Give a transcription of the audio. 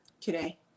today